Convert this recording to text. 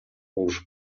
урушуп